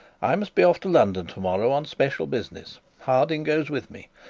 i must be off to london to-morrow on special business. harding goes with me.